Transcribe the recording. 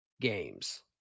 games